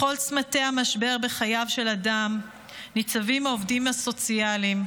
בכל צומתי המשבר בחייו של אדם ניצבים העובדים הסוציאליים,